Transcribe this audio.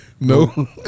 no